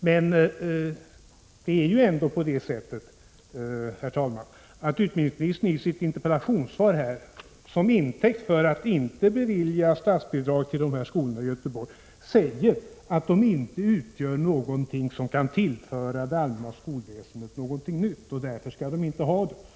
I interpellationssvaret säger dock utbildningsministern, som intäkt för att inte bevilja statsbidrag till de aktuella skolorna i Göteborg, att dessa inte tillför det allmänna skolväsendet någonting nytt och att de därför inte skall ha statsbidrag.